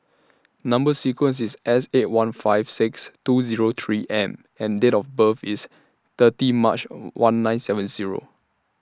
Number sequence IS S eight one five six two Zero three M and Date of birth IS thirty March one nine seven Zero